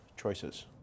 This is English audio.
choices